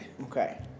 Okay